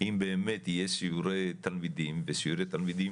אם באמת יהיה סיורי תלמידים וסיורי תלמידים